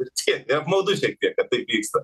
tiek apmaudu šiek tiek kad taip vyksta